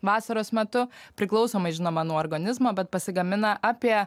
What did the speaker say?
vasaros metu priklausomai žinoma nuo organizmo bet pasigamina apie